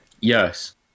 Yes